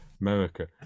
America